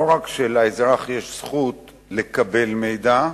לא רק שלאזרח יש זכות לקבל מידע,